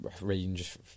range